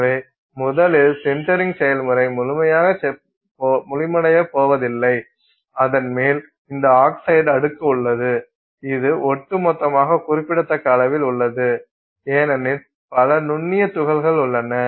எனவே முதலில் சின்டரிங் செயல்முறை முழுமையடையப் போவதில்லை அதன் மேல் இந்த ஆக்சைடு அடுக்கு உள்ளது இது ஒட்டுமொத்தமாக குறிப்பிடத்தக்க அளவில் உள்ளது ஏனெனில் பல நுண்ணிய துகள்கள் உள்ளன